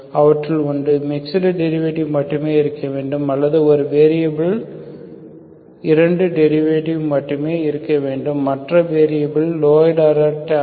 அவற்றில் ஒன்று mixed derivative மட்டுமே இருக்க வேண்டும் அல்லது ஒரு வெரியபில் யின் 2 டெரிவேடிவ் கள் மட்டுமே இருக்க வேண்டும் மற்ற வேரியபில் லோயர் ஆர்டர் டேர்ம்கள்